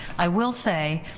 i will say